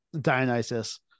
Dionysus